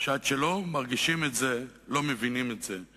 שעד שלא מרגישים את זה, לא מבינים את זה.